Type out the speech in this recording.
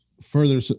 further